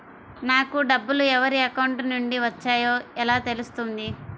నాకు డబ్బులు ఎవరి అకౌంట్ నుండి వచ్చాయో ఎలా తెలుస్తుంది?